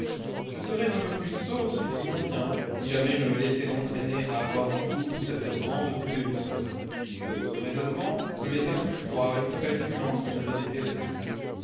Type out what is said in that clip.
je serais un peu plus sot qu'il ne convient si jamais je me laissais entraîner à avoir du goût pour cette grande poupée blonde ce raisonnement le laissa plus froid et plus calculant qu'il n'avait été de sa vie